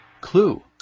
Clue